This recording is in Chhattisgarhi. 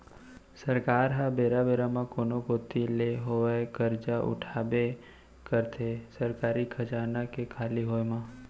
सरकार ह बेरा बेरा म कोनो कोती ले होवय करजा उठाबे करथे सरकारी खजाना के खाली होय म